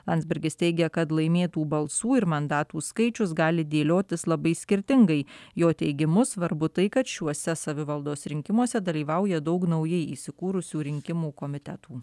landsbergis teigia kad laimėtų balsų ir mandatų skaičius gali dėliotis labai skirtingai jo teigimu svarbu tai kad šiuose savivaldos rinkimuose dalyvauja daug naujai įsikūrusių rinkimų komitetų